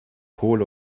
kohle